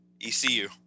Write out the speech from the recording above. ECU